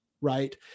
right